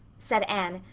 said anne,